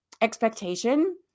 expectation